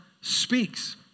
speaks